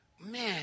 Man